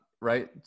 Right